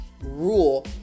rule